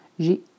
J'ai